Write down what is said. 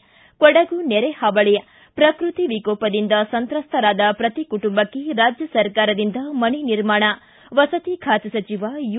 ಿ ಕೊಡಗು ನೆರೆಹಾವಳಿ ಪ್ರಕೃತಿ ವಿಕೋಪದಿಂದ ಸಂತ್ರಸ್ಥರಾದ ಪ್ರತಿ ಕುಟುಂಬಕ್ಕೆ ರಾಜ್ಯ ಸರ್ಕಾರದಿಂದ ಮನೆ ನಿರ್ಮಾಣ ವಸತಿ ಖಾತೆ ಸಚಿವ ಯು